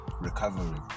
recovery